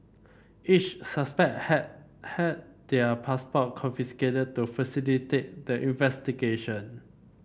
each suspect had had their passport confiscated to facilitate investigation